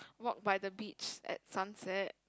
walk by the beach at sunset